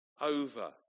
over